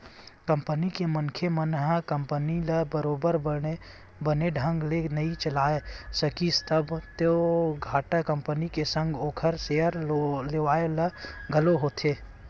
company के मनखे मन ह कंपनी ल बरोबर बने ढंग ले नइ चलाय सकिस तब तो घाटा कंपनी के संग ओखर सेयर लेवाल ल घलो होथे